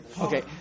Okay